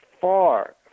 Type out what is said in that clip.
far